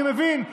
אני מבין.